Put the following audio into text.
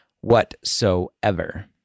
whatsoever